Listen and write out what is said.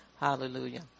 Hallelujah